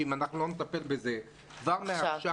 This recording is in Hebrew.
שאם אנחנו לא נטפל בזה כבר עכשיו,